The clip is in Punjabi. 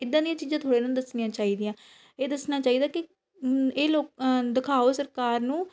ਇੱਦਾਂ ਦੀਆਂ ਚੀਜ਼ਾਂ ਥੋੜ੍ਹੀ ਨਾ ਦੱਸਣੀਆਂ ਚਾਹੀਦੀਆਂ ਇਹ ਦੱਸਣਾ ਚਾਹੀਦਾ ਕਿ ਇਹ ਲੋਕ ਦਿਖਾਓ ਸਰਕਾਰ ਨੂੰ